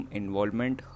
involvement